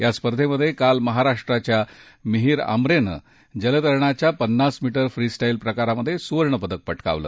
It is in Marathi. या स्पर्धेत काल महाराष्ट्राच्या मिहीर आंब्रेनं जलतरणाच्या पन्नास मीटर फ्रीस्टाईल प्रकारात सुवर्णपदक पटकावलं